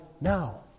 now